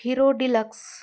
hero deluxe